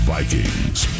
Vikings